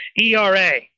ERA